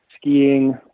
skiing